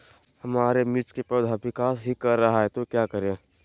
हमारे मिर्च कि पौधा विकास ही कर रहा है तो क्या करे?